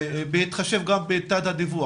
בהתחשב גם בתת הדיווח?